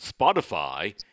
Spotify